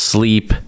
Sleep